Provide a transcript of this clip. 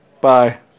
bye